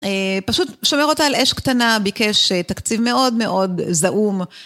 פשוט שומר אותה על אש קטנה ביקש תקציב מאוד מאוד זעום.